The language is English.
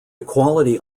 equality